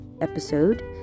episode